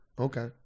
Okay